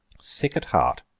sick at heart,